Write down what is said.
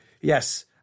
Yes